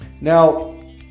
now